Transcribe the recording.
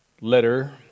letter